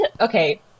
okay